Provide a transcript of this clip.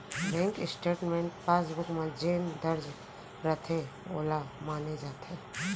bank statement passbook म जेन दर्ज रथे वोला माने जाथे